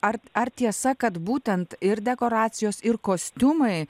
ar ar tiesa kad būtent ir dekoracijos ir kostiumai